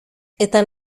eta